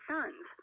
Sons